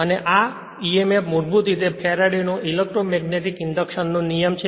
આ અને આ emf મૂળભૂત રીતે ફેરાડેનો ઇલેક્ટ્રોમેગ્નેટિક ઇન્ડક્શન નો નિયમ છે